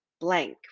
blank